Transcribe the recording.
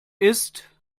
ist